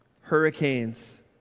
hurricanes